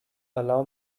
allow